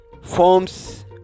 forms